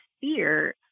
fear